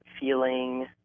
feeling